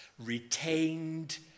Retained